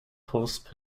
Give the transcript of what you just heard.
pulse